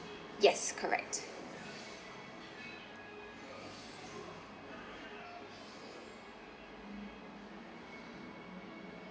yes correct